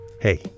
Hey